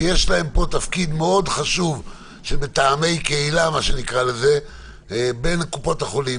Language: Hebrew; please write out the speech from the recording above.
שיש להם פה תפקיד מאוד חשוב כמתאמי קהילה בין קופות החולים,